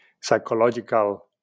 psychological